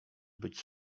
być